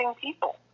people